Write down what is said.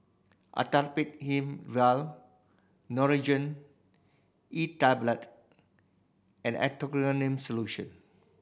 Actrapid Him vial Nurogen E Tablet and Erythroymycin Solution